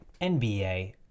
NBA